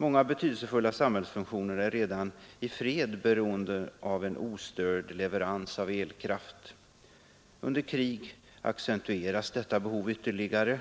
Många betydelsefulla samhällsfunktioner är redan i fred beroende av en ostörd leverans av elkraft. Under krig accentueras detta behov ytterligare.